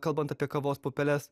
kalbant apie kavos pupeles